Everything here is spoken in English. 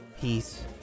Peace